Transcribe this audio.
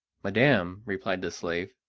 madam, replied the slave,